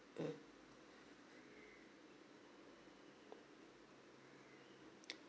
mm